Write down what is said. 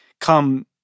come